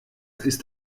ist